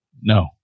No